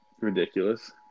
ridiculous